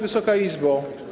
Wysoka Izbo!